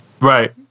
right